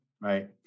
Right